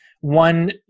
one